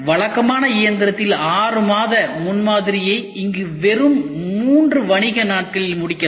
வழக்கமான இயந்திரத்தில் 6 மாத முன்மாதிரியை இங்கு வெறும் 3 வணிக நாட்களில் முடிக்கலாம்